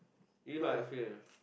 this is how I feel